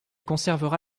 conservera